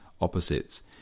opposites